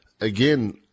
Again